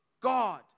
God